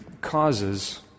causes